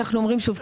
אנחנו אומרים שוב,